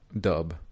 dub